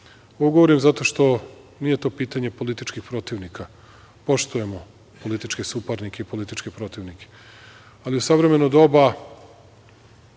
govorim zato što to nije pitanje političkih protivnika, poštujemo političke suparnike i političke protivnike, ali u savremeno doba